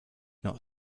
not